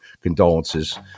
condolences